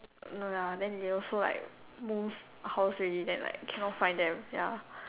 no lah then they also like move house already then like cannot find them ya